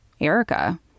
Erica